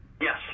Yes